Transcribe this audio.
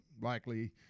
likely